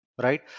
right